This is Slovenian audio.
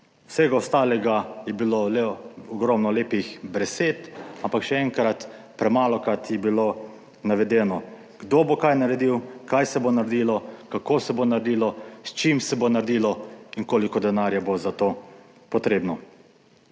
Vsega ostalega je bilo le ogromno lepih besed. Ampak še enkrat, premalokrat je bilo navedeno, kdo bo kaj naredil, kaj se bo naredilo, kako se bo naredilo, s čim se bo naredilo in koliko denarja bo za to potrebno.